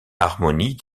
harmonie